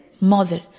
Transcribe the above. mother